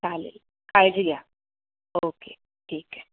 चालेल काळजी घ्या ओके ठीक आहे